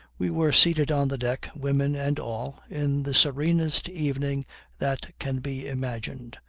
we were seated on the deck, women and all, in the serenest evening that can be imagined.